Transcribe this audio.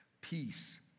peace